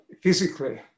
physically